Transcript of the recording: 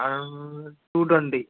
two twenty